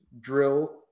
drill